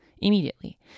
immediately